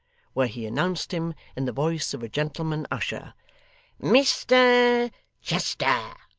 where he announced him in the voice of a gentleman-usher. mr chester